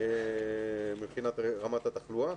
מבחינת רמת התחלואה.